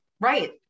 Right